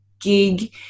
gig